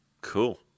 Cool